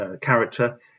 character